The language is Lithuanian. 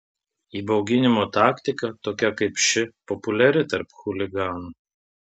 įbauginimo taktika tokia kaip ši populiari tarp chuliganų